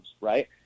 Right